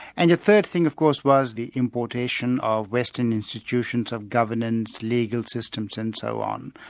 and the third thing of course was the importation of western institutions of governance, legal systems and so on.